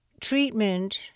treatment